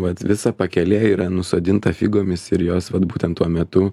vat visa pakelė yra nusodinta figomis ir jos vat būtent tuo metu